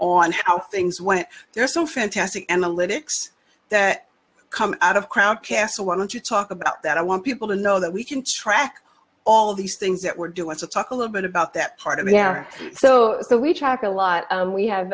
on how things went there are some fantastic analytics that come out of crowd castle why don't you talk about that i want people to know that we can track all of these things that we're doing to talk a little bit about that part of the hour so that we track a lot we have